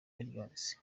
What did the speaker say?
illinois